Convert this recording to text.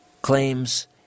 claims